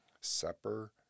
supper